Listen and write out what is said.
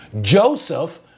Joseph